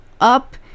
up